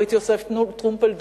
"ברית יוסף טרומפלדור",